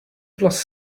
plus